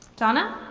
donna?